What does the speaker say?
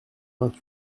vingt